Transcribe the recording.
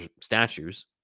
statues